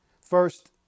first